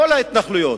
כל ההתנחלויות,